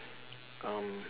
um